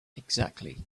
exactly